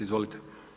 Izvolite.